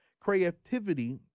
creativity